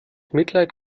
mitleid